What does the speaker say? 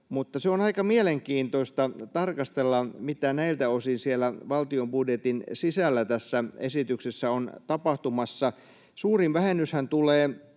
Mutta on aika mielenkiintoista tarkastella, mitä näiltä osin siellä valtion budjetin sisällä tässä esityksessä on tapahtumassa. Suurin vähennyshän tulee